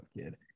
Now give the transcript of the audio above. kid